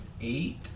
eight